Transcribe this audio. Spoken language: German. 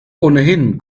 ohnehin